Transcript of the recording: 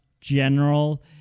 general